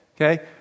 okay